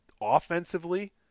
offensively